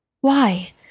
Why